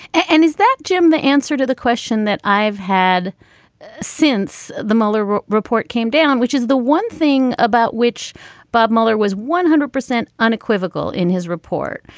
and is that jim the answer to the question that i've had since the mueller report came down which is the one thing about which bob mueller was one hundred percent unequivocal in his report.